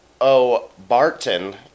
O'Barton